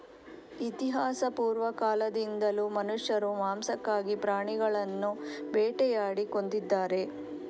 ಇತಿಹಾಸಪೂರ್ವ ಕಾಲದಿಂದಲೂ ಮನುಷ್ಯರು ಮಾಂಸಕ್ಕಾಗಿ ಪ್ರಾಣಿಗಳನ್ನು ಬೇಟೆಯಾಡಿ ಕೊಂದಿದ್ದಾರೆ